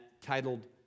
titled